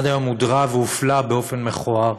עד היום הודרה והופלתה באופן מכוער.